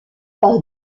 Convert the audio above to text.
par